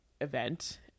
event